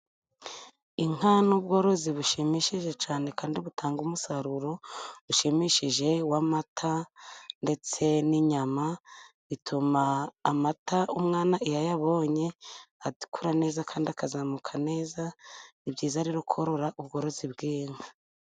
Inka ni ubworozi bushimishije cyane kandi butanga umusaruro ushimishije w'amata ndetse n'inyama, bituma amata umwana iyo ayabonye akura neza kandi akazamuka neza, ni byiza rero korora ubworozi bw'inka.